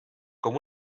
com